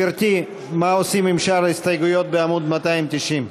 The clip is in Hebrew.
מה עושים עם שאר ההסתייגויות בעמוד 290?